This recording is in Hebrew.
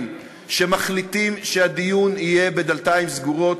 שמחליטים שהדיון יהיה בדלתיים סגורות,